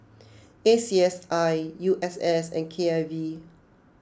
A C S I U S S and K I V